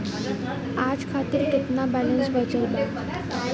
आज खातिर केतना बैलैंस बचल बा?